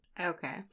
Okay